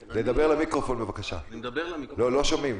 אני מדבר למיקרופון זה לא עובד.